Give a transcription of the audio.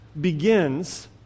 begins